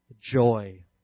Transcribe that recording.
joy